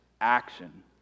action